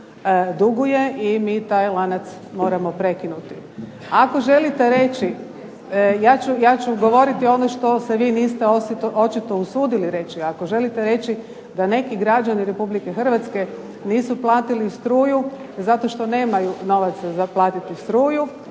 duguje i mi taj lanac moramo prekinuti. Ako želite reći, ja ću govoriti ono što se vi niste očito usudili reći, ako želite reći da neki građani Republike Hrvatske nisu platili struju zato što nemaju novaca za platiti struju,